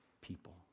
people